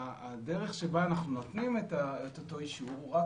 הדרך שבה אנחנו נותנים את אותו אישור הוא רק